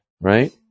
right